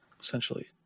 essentially